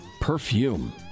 perfume